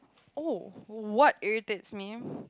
oh what irritates me